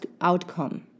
outcome